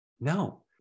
No